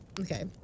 okay